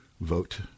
vote